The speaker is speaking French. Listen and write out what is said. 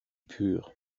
purs